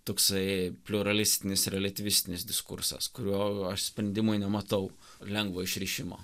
toksai pliuralistinis reliatyvistinis diskursas kurio aš sprendimui nematau lengvo išrišimo